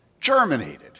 germinated